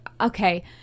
okay